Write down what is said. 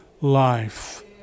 life